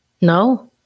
no